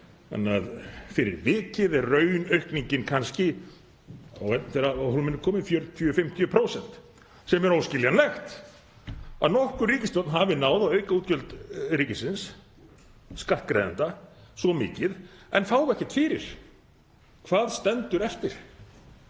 að fyrir vikið er raunaukningin þegar á hólminn er komið 40–50%. Það er óskiljanlegt að nokkur ríkisstjórn hafi náð að auka útgjöld ríkisins, skattgreiðenda, svo mikið en fái ekkert fyrir. Hvað stendur eftir?